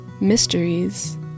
mysteries